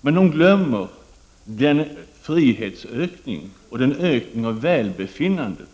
Men de glömmer den frihetsökning och den ökning av välbefinnandet